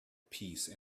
peace